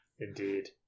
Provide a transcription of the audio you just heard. Indeed